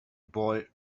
boy